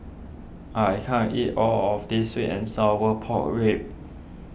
I can't eat all of this Sweet and Sour Pork Ribs